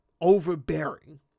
overbearing